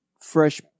Fresh